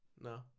No